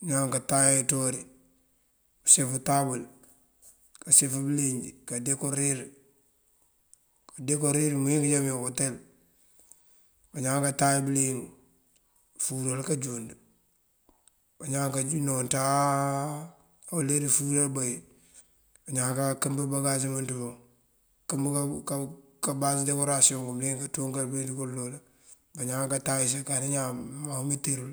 bañaan katay inţúuwari kasif tabël kasif bëlej kadekorir, dekorir mëwín kënjá otel. Bañaan katay bëliyëng fúural kanjund. Bañaan kanonţáa uler wí fúural bá wí, bañaan kankëmb bagas bëmënţ bun. kabas dekorasiyoŋ bayënţ kanţúnkar kël dul bañaan katayësa kar ñaan nëmaŋ umitirul.